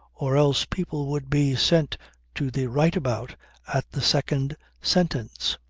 or else people would be sent to the rightabout at the second sentence.